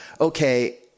okay